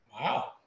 Wow